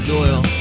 Doyle